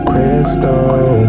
Crystal